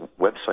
website